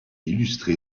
illustré